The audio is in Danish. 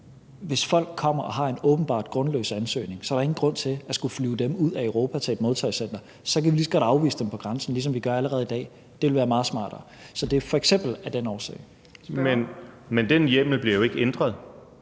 hvis folk kommer og har en åbenbart grundløs-ansøgning, ikke er nogen grund til at skulle flyve dem ud af Europa til et modtagecenter; så kan vi lige så godt afvise dem på grænsen, ligesom vi gør allerede i dag. Det vil være meget smartere. Så det er f.eks. af den årsag. Kl. 14:36 Fjerde næstformand